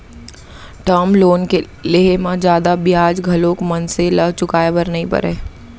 term loan के लेहे म जादा बियाज घलोक मनसे ल चुकाय बर नइ परय